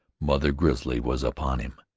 mother grizzly was upon him.